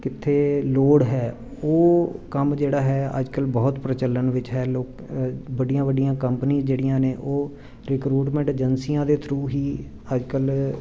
ਕਿੱਥੇ ਲੋੜ ਹੈ ਉਹ ਕੰਮ ਜਿਹੜਾ ਹੈ ਅੱਜ ਕੱਲ੍ਹ ਬਹੁਤ ਪ੍ਰਚਲਣ ਵਿੱਚ ਹੈ ਲੁਕ ਵੱਡੀਆਂ ਵੱਡੀਆਂ ਕੰਪਨੀਆਂ ਜਿਹੜੀਆਂ ਨੇ ਉਹ ਰਿਕਰੂਟਮੈਂਟ ਅਜੈਂਸੀਆਂ ਦੇ ਥਰੂ ਹੀ ਅੱਜ ਕੱਲ੍ਹ